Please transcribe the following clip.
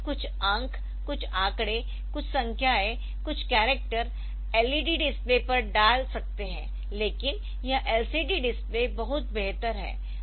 केवल कुछ अंक कुछ आंकड़े कुछ संख्याएं कुछ करैक्टर LED डिस्प्ले पर डाल सकते है लेकिन यह LCD डिस्प्ले बहुत बेहतर है